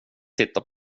titta